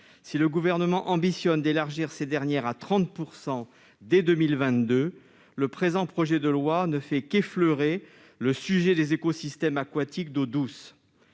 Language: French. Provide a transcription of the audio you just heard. Si le Gouvernement ambitionne de porter ce chiffre à 30 % dès 2022, le présent projet de loi ne fait qu'effleurer le sujet des écosystèmes aquatiques d'eau douce.